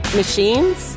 machines